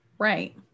Right